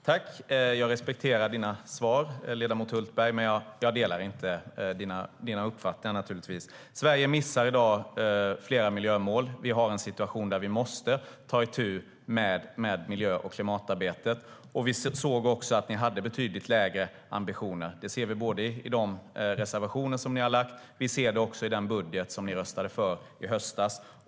Herr talman! Jag respekterar dina svar, ledamot Hultberg, men jag delar naturligtvis inte dina uppfattningar. Sverige missar i dag flera miljömål. Vi har en situation där vi måste ta itu med miljö och klimatarbetet, och vi såg att ni hade betydligt lägre ambitioner. Det ser vi både i de reservationer ni har lämnat och i den budget ni röstade för i höstas.